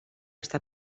està